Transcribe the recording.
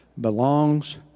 belongs